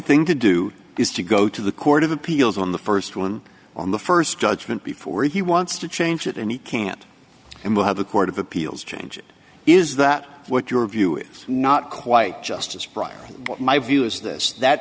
thing to do is to go to the court of appeals on the st one on the st judgment before he wants to change it and he can't and will have a court of appeals changes is that what your view is not quite justice prior my view is this that